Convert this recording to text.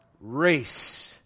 race